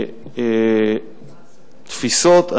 תפיסות.